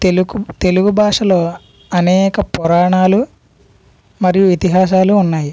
తెలుగు తెలుగు భాషలో అనేక పురాణాలు మరియు ఇతిహాసాలు ఉన్నాయి